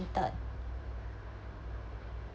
fainted